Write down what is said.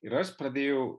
ir aš pradėjau